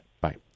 Bye